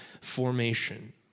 formation